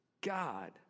God